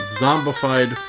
zombified